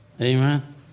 amen